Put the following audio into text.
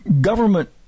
government